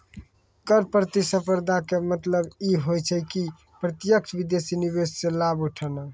कर प्रतिस्पर्धा के मतलब इ होय छै कि प्रत्यक्ष विदेशी निवेशो से लाभ उठाना